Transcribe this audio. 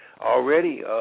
already